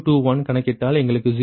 Q2 கணக்கிட்டால் எங்களுக்கு 0